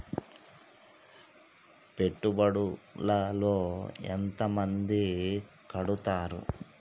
పెట్టుబడుల లో ఎంత మంది కడుతరు?